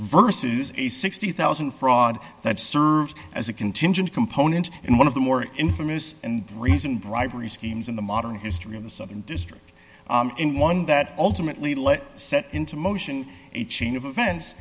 and sixty thousand fraud that serves as a contingent component in one of the more infamous and reasoned bribery schemes in the modern history of the southern district in one that ultimately led set into motion a chain of events